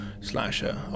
slasher